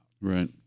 Right